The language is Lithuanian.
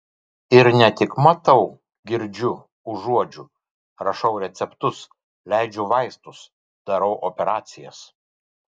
ir ne tik matau girdžiu užuodžiu rašau receptus leidžiu vaistus darau operacijas